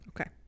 okay